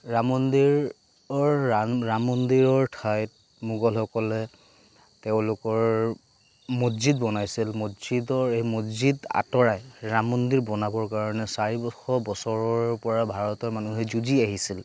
ৰাম মন্দিৰৰ ৰা ৰাম মন্দিৰৰ ঠাইত মোগলসকলে তেওঁলোকৰ মছজিদ বনাইছিল মছজিদৰ এই মছজিদ আঁতৰাই ৰাম মন্দিৰ বনাবৰ কাৰণে চাৰিশ বছৰৰ পৰা ভাৰতৰ মানুহে যুঁজি আহিছিল